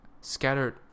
scattered